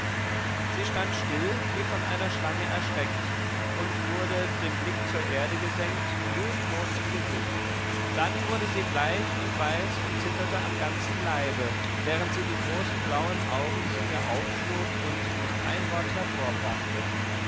sie stand still wie von einer schlange erschreckt und wurde den blick zur erde gesenkt glühendrot im gesicht dann wurde sie bleich und weiß und zitterte am ganzen leibe während sie die großen blauen augen zu mir aufschlug und nicht ein wort hervorbrachte